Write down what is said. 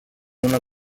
una